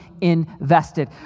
invested